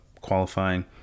qualifying